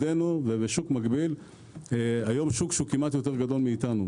שוק הלא חוקיים הוא שוק שכמעט יותר גדול מאיתנו.